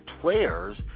players